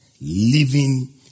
Living